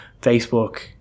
Facebook